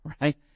right